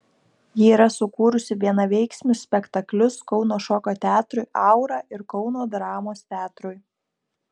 ji yra sukūrusi vienaveiksmius spektaklius kauno šokio teatrui aura ir kauno dramos teatrui